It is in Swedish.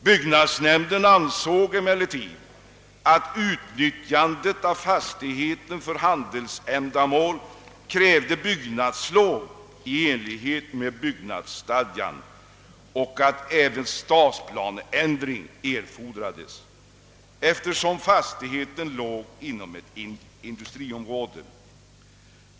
Byggnadsnämnden ansåg emellertid, att utnyttjandet av fastigheten för handelsändamål krävde byggnadslov i enlighet med byggnadsstadgan och att även stadsplaneändring erfordrades, eftersom fastigheten låg inom ett industriområde.